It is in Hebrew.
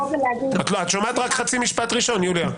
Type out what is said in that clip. את שומעת רק חצי משפט ראשון, יוליה.